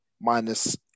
minus